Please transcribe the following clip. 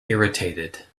irritated